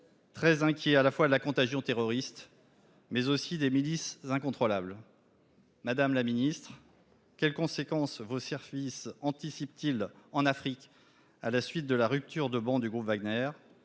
très inquiets à la fois de la contagion terroriste et des milices incontrôlables. Monsieur le ministre, quelles conséquences vos services anticipent-ils en Afrique à la suite de la rupture de ban du groupe Wagner ?